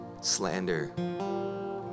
slander